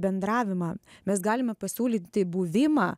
bendravimą mes galime pasiūlyti buvimą